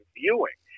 viewing